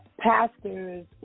Pastors